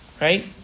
right